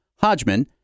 Hodgman